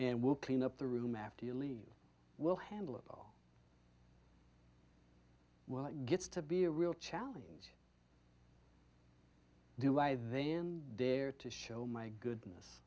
and we'll clean up the room after you leave we'll handle it oh well it gets to be a real challenge do i then there to show my goodness